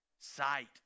sight